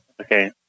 Okay